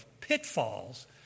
pitfalls